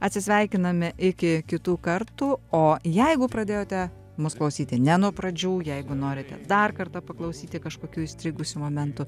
atsisveikiname iki kitų kartų o jeigu pradėjote mus klausyti ne nuo pradžių jeigu norite dar kartą paklausyti kažkokių įstrigusių momentų